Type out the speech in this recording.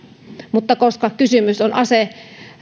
mutta koska kysymys on